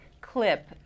clip